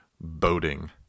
boating